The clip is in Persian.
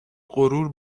غرور